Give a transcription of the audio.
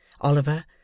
Oliver